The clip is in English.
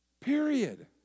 Period